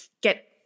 get